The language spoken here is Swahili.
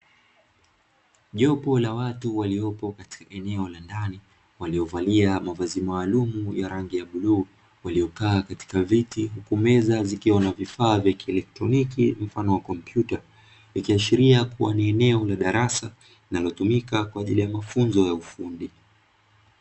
Jopo la watu waliopo katika eneo la ndani waliovalia mavazi maalum ya rangi ya bluu, waliokaa katika viti huku meza zikiwa na vifaa vya kieletroniki mfano wa kompyuta. Ikiashiria kuwa ni eneo la darasa linalotumika kwa ajili ya mafunzo ya ufundi.